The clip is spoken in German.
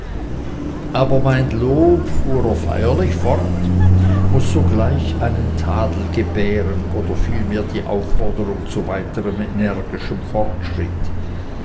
aber mein lob fuhr er feierlich fort muß sogleich einen tadel gebären oder vielmehr die aufforderung zu weiterm energischen fortschritt